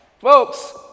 folks